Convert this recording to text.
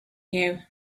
you